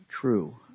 true